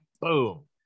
boom